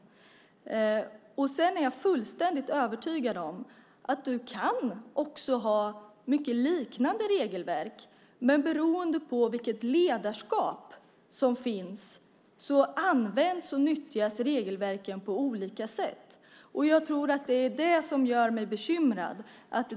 Sedan är jag fullstädigt övertygad om att man kan ha liknande regelverk, men beroende på vilket ledarskap som finns används och nyttjas regelverken på olika sätt. Det är det som gör mig bekymrad.